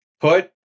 Put